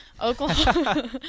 Oklahoma